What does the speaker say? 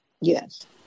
yes